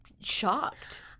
shocked